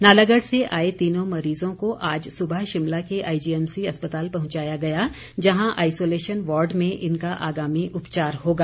नालागढ़ से आए तीनों मरीजों को आज सुबह शिमला के आईजीएमसी अस्पताल पहुंचाया गया जहां आइसोलेशन वॉर्ड में इनका आगामी उपचार होगा